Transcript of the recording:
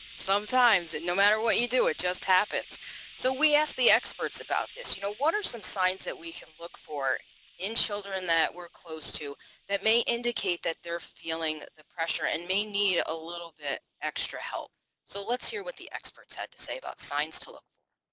sometimes it no matter what you do it just happens so we asked the experts about this you know what are some signs that we can look for in children that we're close to that may indicate that they're feeling the pressure and may need a little bit extra help so let's hear what the experts had to say about signs to look for.